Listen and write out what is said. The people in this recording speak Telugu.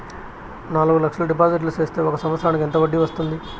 నాలుగు లక్షల డిపాజిట్లు సేస్తే ఒక సంవత్సరానికి ఎంత వడ్డీ వస్తుంది?